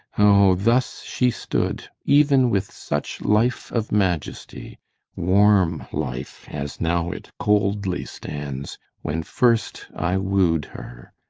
o, thus she stood, even with such life of majesty warm life, as now it coldly stands when first i woo'd her!